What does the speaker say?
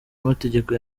amategeko